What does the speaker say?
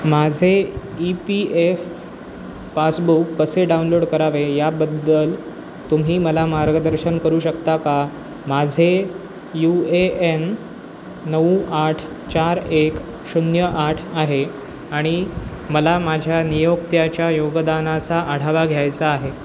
माझे E P F passbook कसे download करावे याबद्दल तुम्ही मला मार्गदर्शन करू शकता का माझे यू ए एन नऊ आठ चार एक शून्य आठ आहे आणि मला माझ्या नियोक्त्याच्या योगदानाचा आढावा घ्यायचा आहे